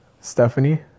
Stephanie